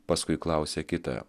paskui klausia kitą